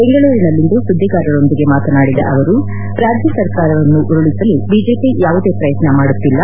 ಬೆಂಗಳೂರಿನಲ್ಲಿಂದು ಸುದ್ದಿಗಾರರೊಂದಿಗೆ ಮಾತನಾಡಿದ ಅವರು ರಾಜ್ಯ ಸರ್ಕಾರವನ್ನು ಉರುಳಿಸಲು ಬಿಜೆಪಿ ಯಾವುದೇ ಪ್ರಯತ್ನ ಮಾಡುತ್ತಿಲ್ಲ